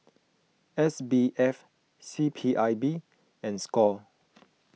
S B F C P I B and Score